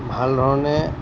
ভাল ধৰণে